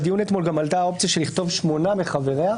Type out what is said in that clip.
בדיון אתמול עלתה האופציה של שמונה מחבריה.